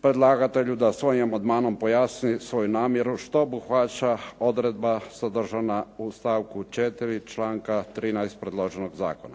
predlagatelju da svojim amandmanom pojasni svoju namjeru što obuhvaća odredba sadržana u stavku 4. članka 13. predloženog zakona.